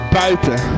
buiten